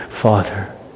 Father